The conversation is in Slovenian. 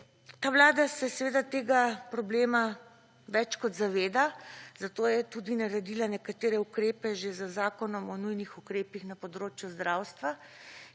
ta vlada se seveda tega problema več kot zaveda, zato je tudi naredila nekatere ukrepe že z Zakonom o nujnih ukrepih na področju zdravstva,